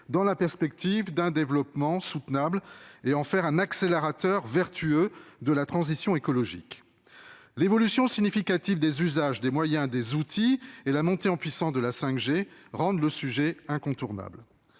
dans la perspective d'un développement soutenable, pour faire du numérique un accélérateur vertueux de la transition écologique. L'évolution significative des usages, des moyens, des outils, et la montée en puissance de la 5G rendent le sujet incontournable.